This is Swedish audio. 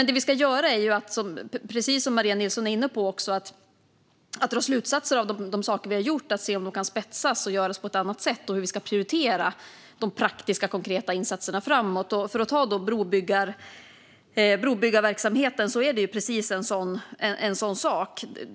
Det vi ska göra är, precis som Maria Nilsson är inne på, att dra slutsatser av de saker som vi har gjort och se om de kan spetsas och göras på ett annat sätt. Hur ska vi prioritera de praktiska konkreta insatserna framöver? Brobyggarverksamheten är en sådan sak.